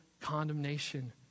condemnation